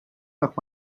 nach